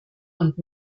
und